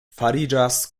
fariĝas